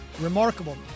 remarkable